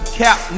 cap